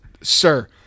sir